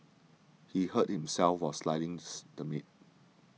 he hurt himself while slicing the meat